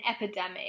epidemic